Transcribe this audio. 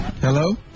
Hello